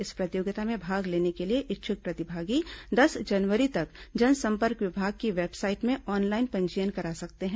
इस प्रतियोगिता में भाग लेने के इच्छुक प्रतिभागी दस जनवरी तक जनसंपर्क विभाग की वेबसाइट में ऑनलाइन पंजीयन करा सकते हैं